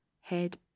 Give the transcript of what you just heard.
head